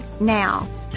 now